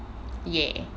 !yay!